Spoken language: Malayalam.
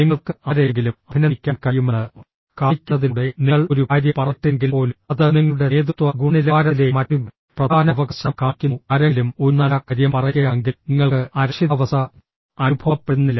നിങ്ങൾക്ക് ആരെയെങ്കിലും അഭിനന്ദിക്കാൻ കഴിയുമെന്ന് കാണിക്കുന്നതിലൂടെ നിങ്ങൾ ഒരു കാര്യം പറഞ്ഞിട്ടില്ലെങ്കിൽപ്പോലും അത് നിങ്ങളുടെ നേതൃത്വ ഗുണനിലവാരത്തിലെ മറ്റൊരു പ്രധാന അവകാശം കാണിക്കുന്നു ആരെങ്കിലും ഒരു നല്ല കാര്യം പറയുകയാണെങ്കിൽ നിങ്ങൾക്ക് അരക്ഷിതാവസ്ഥ അനുഭവപ്പെടുന്നില്ല